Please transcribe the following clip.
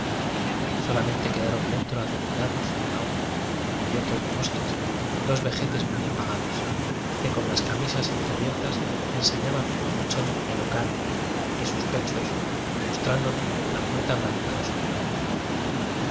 solamente quedaron dentro adormilados aun y cubiertos de moscas dos vejetes muy apagados que con las camisas entreabier tas enseñaban un mechón de pelo cano de sus pechos como mostrándonos la muerta bravura de su juventud